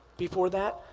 before that,